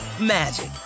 magic